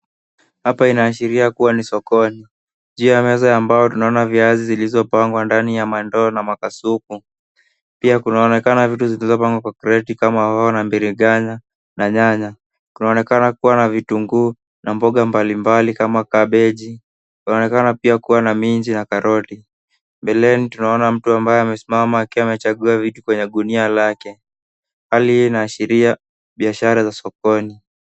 Hapa inaashiria kuwa ni sokoni. Juu ya meza ya mbao tunaona viazi zilizopangwa ndani ya mandoo na makasuku pia kunaonekana vitu zilizopangwa kwa kreti kama hoho na mbiriganya na nyanya. Kunaonekana kuwa na vitunguu na mboga mbalimbali kama kabeji .Kunaonekana pia kuwa na minji na karoti. Mbeleni tunaona mtu ambaye amesimama akiwa amechagua vitu kwenye gunia lake. Hali hii inaashiria biashara za sokoni.